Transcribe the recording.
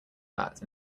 bat